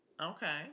Okay